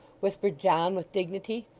whispered john, with dignity,